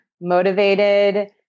motivated